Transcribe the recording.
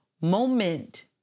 moment